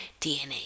DNA